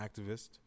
activist